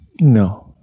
No